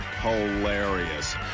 hilarious